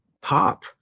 pop